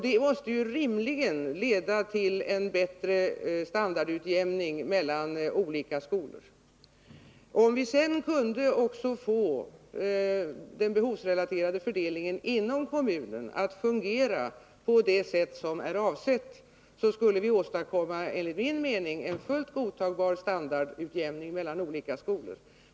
Det måste rimligen leda till en bättre standardutjämning mellan olika skolor. Om vi sedan också kunde få den behovsrelaterade fördelningen inom kommunen att fungera på det sätt som är avsett, skulle vi åstadkomma en enligt min mening fullt godtagbar standardutjämning mellan olika skolor.